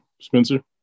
Spencer